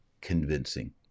convincing